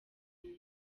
nyine